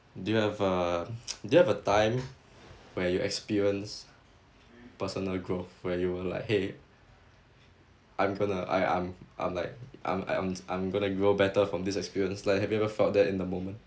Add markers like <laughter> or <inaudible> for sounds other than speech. do you have a <noise> do you have a time where you experience personal growth where you were like !hey! I'm gonna I I'm I'm like I'm I'm I'm gonna grow better from this experience like have you ever felt that in a moment